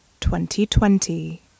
2020